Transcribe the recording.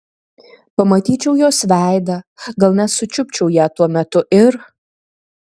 pamatyčiau jos veidą gal net sučiupčiau ją tuo metu ir